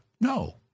No